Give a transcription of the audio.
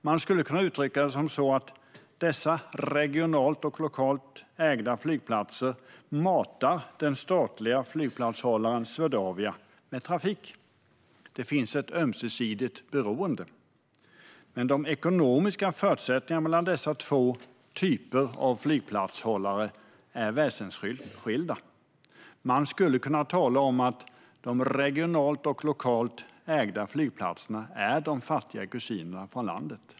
Man skulle kunna uttrycka det så att dessa regionalt och lokalt ägda flygplatser matar den statliga flygplatshållaren Swedavia med trafik. Det finns ett ömsesidigt beroende. Men de ekonomiska förutsättningarna för dessa två typer av flygplatshållare är väsensskilda. Man skulle kunna tala om att de regionalt och lokalt ägda flygplatserna är de fattiga kusinerna från landet.